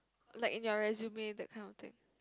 like in your resume that kind of thing